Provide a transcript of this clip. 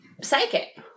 psychic